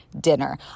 dinner